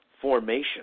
formation